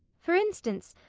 for instance,